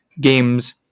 games